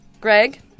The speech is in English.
Greg